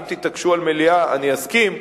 אם תתעקשו על מליאה אני אסכים,